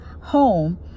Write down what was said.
home